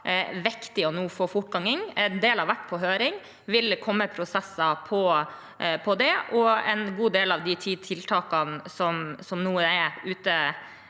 varslet, viktige å få fortgang i nå. En del har vært på høring. Det vil komme prosesser på det. En god del av de ti tiltakene som nå er til